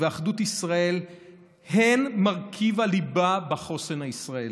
ואחדות ישראל הן מרכיב הליבה בחוסן הישראלי,